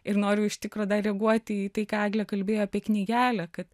ir noriu iš tikro dar reaguoti į tai ką eglė kalbėjo apie knygelę kad